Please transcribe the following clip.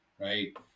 right